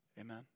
Amen